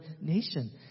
nation